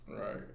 Right